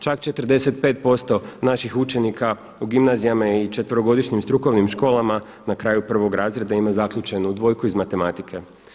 Čak 45% naših učenika u gimnazijama i četverogodišnjim strukovnim školama na kraju prvog razreda ima zaključenu dvojku iz matematike.